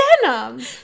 denim